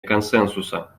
консенсуса